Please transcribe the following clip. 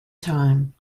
time